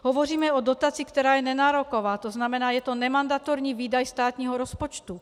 Hovoříme o dotaci, která je nenároková, to znamená, je to nemandatorní výdaj státního rozpočtu.